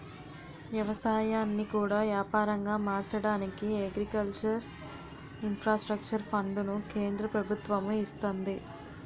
ఎవసాయాన్ని కూడా యాపారంగా మార్చడానికి అగ్రికల్చర్ ఇన్ఫ్రాస్ట్రక్చర్ ఫండును కేంద్ర ప్రభుత్వము ఇస్తంది